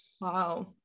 Wow